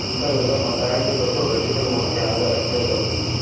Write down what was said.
ठीकु आहे दादा न मां तव्हां जे करे ॿ सौ घटि कंदोमांव चारि हज़ार अठ सौ रुपिया वठंदोमांव